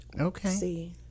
Okay